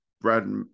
Brad